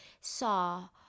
saw